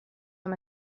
com